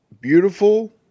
Beautiful